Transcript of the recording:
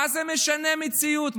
מה זה משנה המציאות?